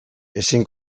ezin